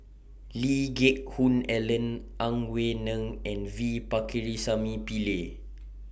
Lee Geck Hoon Ellen Ang Wei Neng and V Pakirisamy Pillai